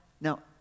now